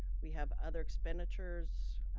we have other expenditures,